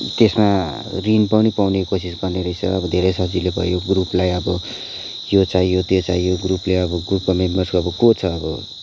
त्यसमा ऋण पनि पाउने कोसिस गर्ने रहेछ अब धेरै सजिलो भयो ग्रुपलाई अब यो चाहियो त्यो चाहियो ग्रुपले अब ग्रुपको मेम्बर्सको अब को छ अब